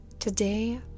Today